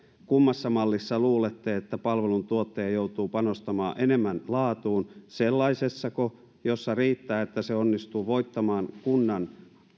kummassa mallissa luulette että palveluntuottaja joutuu panostamaan enemmän laatuun sellaisessako jossa riittää että se onnistuu voittamaan kunnan